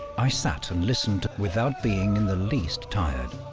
i sat and listened without being in the least tired